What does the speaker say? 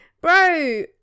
bro